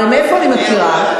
הרי מאיפה אני מכירה?